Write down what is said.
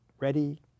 ready